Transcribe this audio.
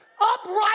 upright